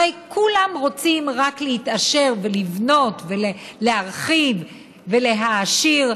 הרי כולם רוצים רק להתעשר ולבנות, להרחיב ולהעשיר,